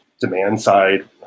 demand-side